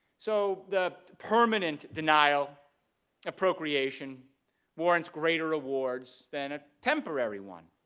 so the permanent denial of procreation warrants greater awards than a temporary one